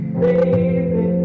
baby